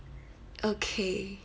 okay